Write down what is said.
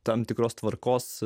tam tikros tvarkos